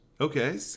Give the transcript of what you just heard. Okay